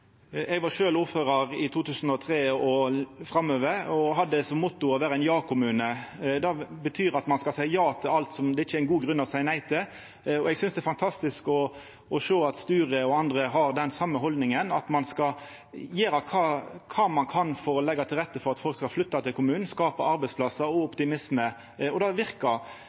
Eg var sjølv ordførar frå 2003 av. Me hadde som motto å vera ein ja-kommune. Det betyr at ein skal seia ja til alt som det ikkje er god grunn til å seia nei til. Eg synest det er fantastisk å sjå at Sture og andre har den same haldninga, at ein skal gjera kva ein kan for å leggja til rette for at folk skal flytta til kommunen og skapa arbeidsplassar og optimisme. Og det verkar.